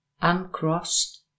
uncrossed